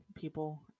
people